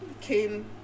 came